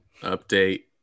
update